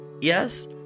Yes